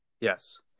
Yes